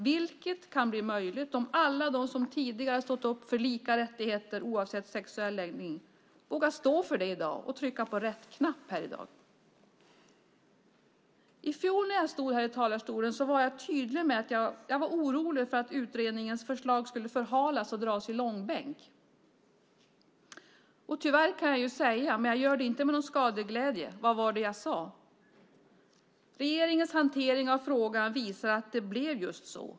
Det kan bli möjligt om alla de som tidigare har stått upp för lika rättigheter oavsett sexuell läggning vågar stå för det i dag och trycka på rätt knapp här i dag. I fjol när jag stod här i talarstolen var jag tydlig med att jag var orolig för att utredningens förslag skulle förhalas och dras i långbänk. Tyvärr kan jag säga: Vad var det jag sade? Men jag gör det inte med någon skadeglädje. Regeringens hantering av frågan visar att det blev just så.